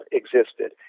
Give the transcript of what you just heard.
existed